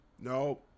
no